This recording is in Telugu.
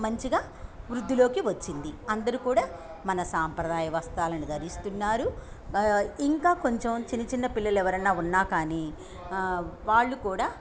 మంచిగా వృద్ధిలోకి వచ్చింది అందరూ కూడా మన సాంప్రదాయ వస్త్రాలను ధరిస్తున్నారు ఇంకా కొంచెం చిన్న చిన్న పిల్లలు ఎవరన్నా ఉన్నా కానీ వాళ్ళు కూడా